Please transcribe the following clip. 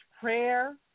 prayer